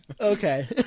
okay